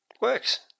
works